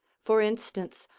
for instance,